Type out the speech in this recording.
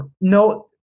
no